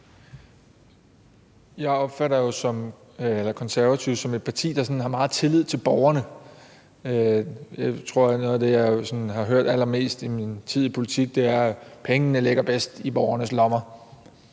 Jeg opfatter jo Konservative som et parti, der sådan har meget tillid til borgerne. Noget af det, jeg tror jeg har hørt mest i min tid i politik, er: Pengene ligger bedst i borgernes lommer.